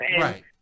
Right